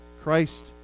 Christ